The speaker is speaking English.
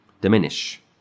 diminish